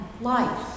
life